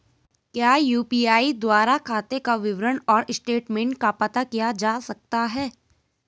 क्या यु.पी.आई द्वारा खाते का विवरण और स्टेटमेंट का पता किया जा सकता है?